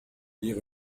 lire